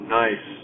nice